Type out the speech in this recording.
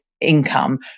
income